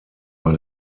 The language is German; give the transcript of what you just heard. bei